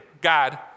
God